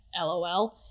LOL